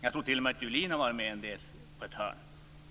Jag tror t.o.m. att Julin har varit med på ett hörn.